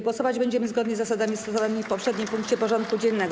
Głosować będziemy zgodnie z zasadami stosowanymi w poprzednim punkcie porządku dziennego.